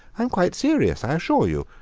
i'm quite serious, i assure you.